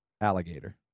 alligator